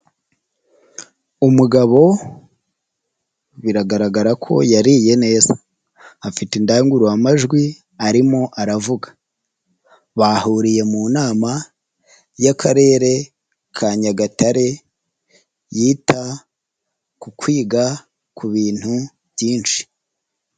Umugabo biragaragara ko yariye neza afite indangururamajwi arimo aravuga, bahuriye mu nama y'Akarere ka Nyagatare yita ku kwiga ku bintu byinshi.